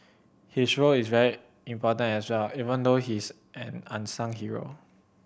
his role is very important as well even though he's an unsung hero